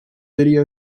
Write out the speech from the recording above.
video